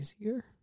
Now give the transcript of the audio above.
easier